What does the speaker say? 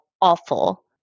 awful